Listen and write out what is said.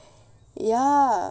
ya ya